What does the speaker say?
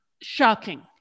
shocking